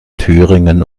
thüringen